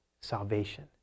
salvation